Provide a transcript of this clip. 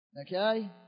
Okay